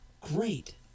great